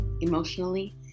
emotionally